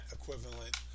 equivalent